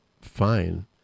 fine